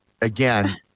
again